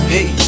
Hey